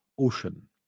Ocean